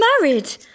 Married